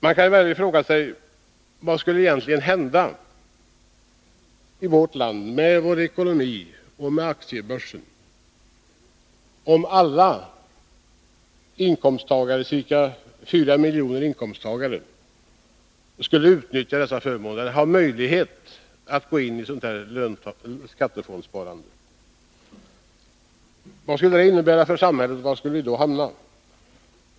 Man kan verkligen fråga sig vad som skulle hända med vårt lands ekonomi och med aktiebörsen, om alla inkomsttagare — ca 4 10 Riksdagens protokoll 1981182:72-74 miljoner — skulle utnyttja dessa förmåner och möjligheten att gå in i detta skattefondssparande. Vad skulle det innebära för samhället, och var skulle vi då hamna?